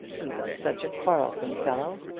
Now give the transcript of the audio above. he was such a quarrelsome fellow.